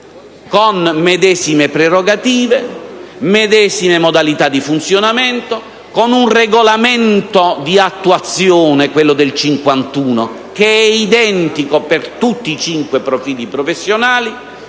con medesime prerogative, medesime modalità di funzionamento, con un regolamento di attuazione, quello del 1951, identico per tutti i cinque profili professionali,